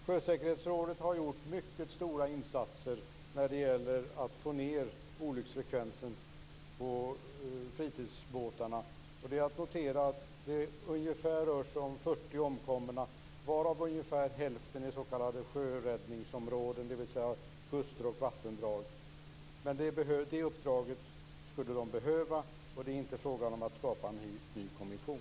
Sjösäkerhetsrådet har gjort mycket stora insatser för att få ned olycksfrekvensen när det gäller fritidsbåtarna. Det är att notera att det rör sig om ungefär 40 omkomna varav ungefär hälften har omkommit i s.k. sjöräddningsområden, dvs. kuster och vattendrag. Det här uppdraget skulle de behöva. Det är inte fråga om att skapa en ny kommission.